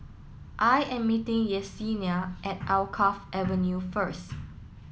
I am meeting Yessenia at Alkaff Avenue first